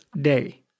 day